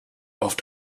oft